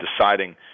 deciding